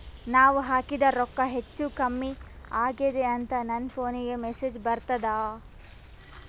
ನಾವ ಹಾಕಿದ ರೊಕ್ಕ ಹೆಚ್ಚು, ಕಮ್ಮಿ ಆಗೆದ ಅಂತ ನನ ಫೋನಿಗ ಮೆಸೇಜ್ ಬರ್ತದ?